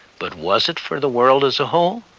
but was it for the world as a whole?